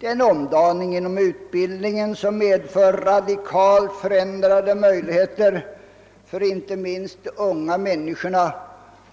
Det är en omdaningsperiod för utbildningen som innebär radikalt förändrade möjligheter inte minst för de unga människorna